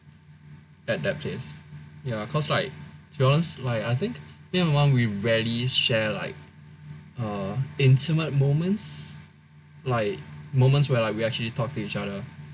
at that place ya cause like to be honest like I think me and my mom we rarely share like uh intimate moments like moments where like we actually talk to each other